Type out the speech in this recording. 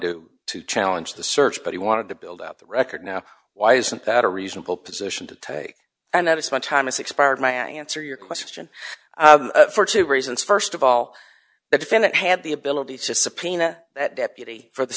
do to challenge the search but he wanted to build up the record now why isn't that a reasonable position to take and that is when time is expired my answer your question for two reasons st of all the defendant had the ability to subpoena that deputy for th